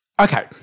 okay